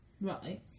Right